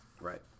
Right